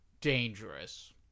dangerous